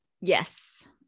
Yes